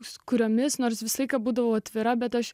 su kuriomis nors visą laiką būdavau atvira bet aš